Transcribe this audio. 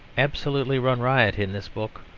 absolutely run riot in this book,